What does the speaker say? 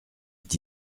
est